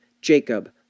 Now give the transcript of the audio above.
Jacob